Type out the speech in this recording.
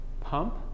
pump